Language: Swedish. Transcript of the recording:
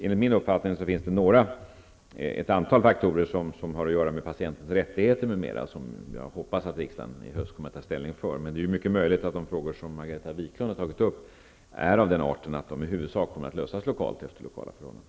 Enligt min uppfattning finns det ett antal frågor, som har att göra med patientens rättigheter m.m. och som jag hoppas att riksdagen i höst kommer att ta ställning till. Det är emellertid mycket möjligt att de frågor som Margareta Viklund har tagit upp är av den arten att de i huvudsak kommer att lösas lokalt och efter lokala förhållanden.